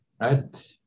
right